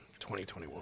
2021